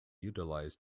utilize